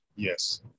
Yes